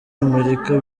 amerika